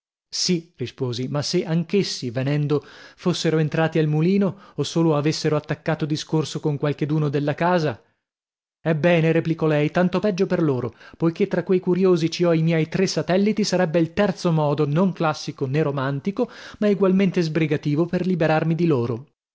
sì risposi ma se anch'essi venendo fossero entrati al mulino o solo avessero attaccato discorso con qualcheduno della casa ebbene replicò lei tanto peggio per loro poichè tra quei curiosi ci ho i miei tre satelliti sarebbe il terzo modo non classico nè romantico ma egualmente sbrigativo per liberarmi di loro